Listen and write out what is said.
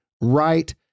right